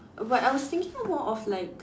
but I was thinking more of like